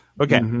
Okay